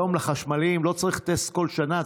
היום לחשמליים לא צריך טסט כל שנה,